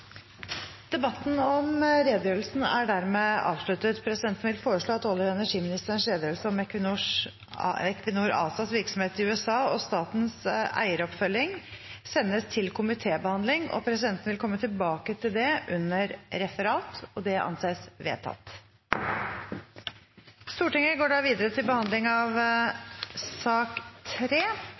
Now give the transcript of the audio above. Debatten om redegjørelsen er dermed avsluttet. Presidenten vil foreslå at olje- og energiministerens redegjørelse om Equinor ASAs virksomhet i USA og statens eieroppfølging sendes til komitébehandling. Presidenten vil komme tilbake til det under Referat. – Det anses vedtatt. Etter ønske fra næringskomiteen vil presidenten ordne debatten slik: 5 minutter til hver partigruppe og 5 minutter til medlemmer av